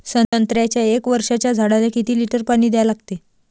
संत्र्याच्या एक वर्षाच्या झाडाले किती लिटर पाणी द्या लागते?